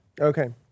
Okay